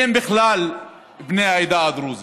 מיהם בכלל בני העדה הדרוזית,